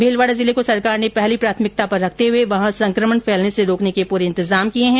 भीलवाड़ा जिले को सरकार ने पहली प्राथमिकता पर रखते हुए वहां संकमण फैलने से रोकने के पूरे इंतजाम किए हैं